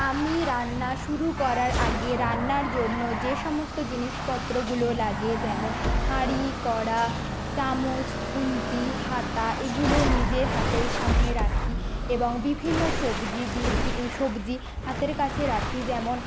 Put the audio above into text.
আমি রান্না শুরু করার আগে রান্নার জন্য যে সমস্ত জিনিসপত্রগুলো লাগে যেমন হাঁড়ি কড়া চামচ খুন্তি হাতা এগুলো নিজের হাতের সামনে রাখি এবং বিভিন্ন সবজি সবজি হাতের কাছে রাখি যেমন